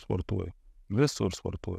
sportuoju visur sportuoju